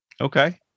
Okay